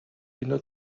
اینو